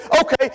okay